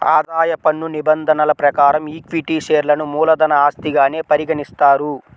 ఆదాయ పన్ను నిబంధనల ప్రకారం ఈక్విటీ షేర్లను మూలధన ఆస్తిగానే పరిగణిస్తారు